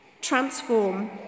transform